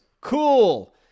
Cool